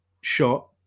shot